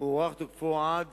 הוארך תוקפו עוד